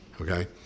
Okay